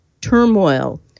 turmoil